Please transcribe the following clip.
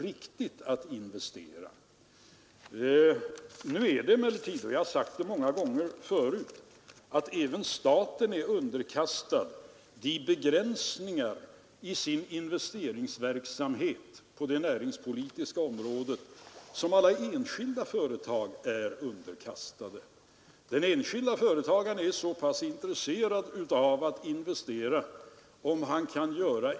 Det var helt enkelt så att jag inte fick någon borgerlig accept på de långtgående åtgärderna i finanspolitiskt syfte som lades på riksdagens bord i februari månad 1970.